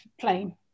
plain